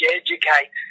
educate